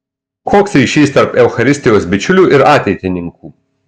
koks ryšys tarp eucharistijos bičiulių ir ateitininkų